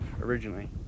originally